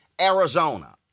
Arizona